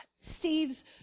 Steve's